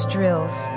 Drills